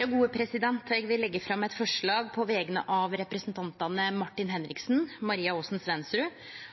Eg vil leggje fram eit forslag på vegner av representantane Martin Henriksen, Maria Aasen-Svensrud,